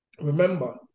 remember